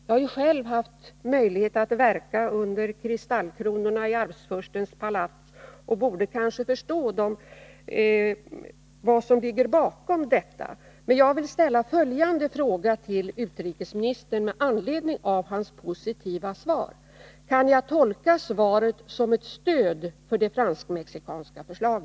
Jag har själv haft möjlighet att verka under kristallkronorna i Arvfurstens palats och borde kanske förstå vad som ligger bakom detta. Men jag vill ställa följande fråga till utrikesministern med anledning av hans positiva svar: Kan jag tolka svaret som ett stöd för det fransk-mexikanska förslaget?